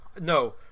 No